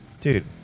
Dude